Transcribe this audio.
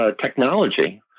technology